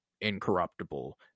incorruptible